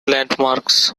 landmarks